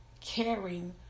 caring